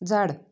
झाड